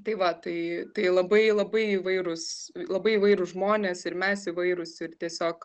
tai va tai tai labai labai įvairūs labai įvairūs žmonės ir mes įvairūs ir tiesiog